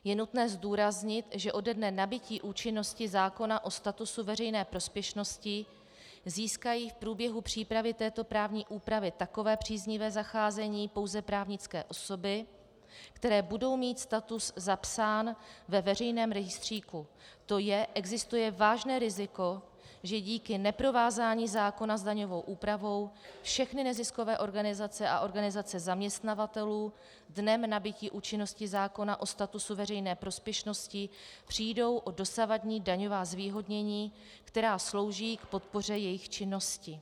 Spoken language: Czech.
Je nutné zdůraznit, že ode dne nabytí účinnosti zákona o statusu veřejné prospěšnosti získají v průběhu přípravy této právní úpravy takové příznivé zacházení pouze právnické osoby, které budou mít status zapsán ve veřejném rejstříku, tj. existuje vážné riziko, že díky neprovázání zákona s daňovou úpravou všechny neziskové organizace a organizace zaměstnavatelů dnem nabytí účinnosti zákona o statusu veřejné prospěšnosti přijdou o dosavadní daňová zvýhodnění, která slouží k podpoře jejich činnosti.